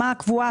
מהי הקבועה?